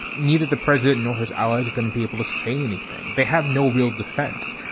neither the president nor his allies are going to be able to say anything. they have no real defense.